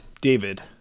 David